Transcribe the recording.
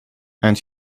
and